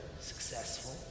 successful